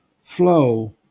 flow